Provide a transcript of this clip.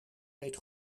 weet